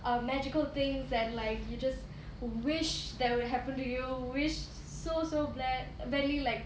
um magical things and like you just wish that will happen to you wish so so bad badly like